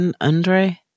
Andre